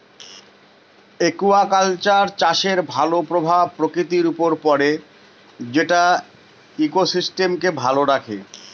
aquaculture চাষের ভালো প্রভাব প্রকৃতির উপর পড়ে যেটা ইকোসিস্টেমকে ভালো রাখে